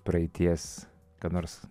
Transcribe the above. praeities ką nors